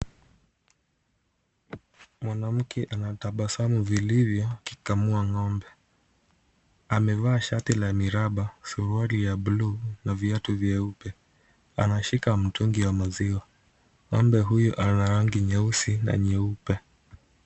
Mwanamke anatabasamu vilivyo, akikamua ng'ombe. Amevaa shati la miraba, suruali ya blue na viatu vyeupe. Anashika mtungi wa maziwa. Ng'ombe huyu ana rangi nyeusi na nyeupe.